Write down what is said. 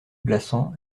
blassans